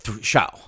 show